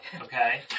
Okay